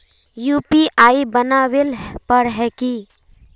UPI बनावेल पर है की?